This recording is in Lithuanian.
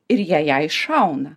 ir jie ją iššauna